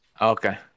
Okay